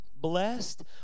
Blessed